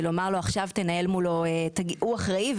ולומר לו: הוא אחראי,